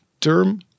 term